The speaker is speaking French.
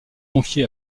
confié